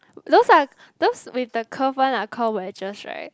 those are those with the curve one are called wedges right